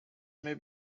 may